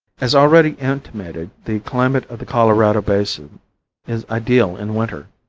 as already intimated the climate of the colorado basin is ideal in winter,